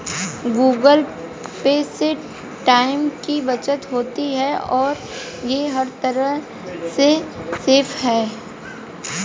Google Pay से time की बचत होती है और ये हर तरह से सेफ है